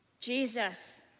Jesus